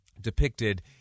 depicted